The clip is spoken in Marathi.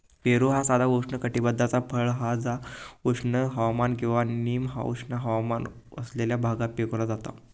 पेरू ह्या साधा उष्णकटिबद्धाचा फळ हा जा उष्ण हवामान किंवा निम उष्ण हवामान असलेल्या भागात पिकवला जाता